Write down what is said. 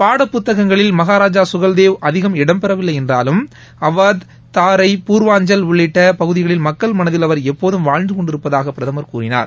பாடப் புத்தகங்களில் மகாராஜா சுகல்தேவ் அதிகம் இடம்பெறவில்லை என்றாலும் அவாத் தூரை பூர்வாஞ்சல் உள்ளிட்ட பகுதிகளில் மக்கள் மனதில் அவர் எப்போது வாழ்ந்து கொண்டிருப்பதாக பிரதமர் கூறினார்